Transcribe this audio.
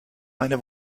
meine